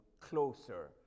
closer